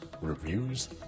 reviews